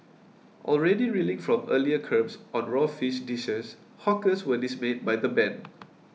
already reeling from earlier curbs on raw fish dishes hawkers were dismayed by the ban